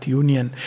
union